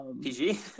PG